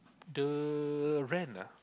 the rent lah